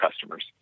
customers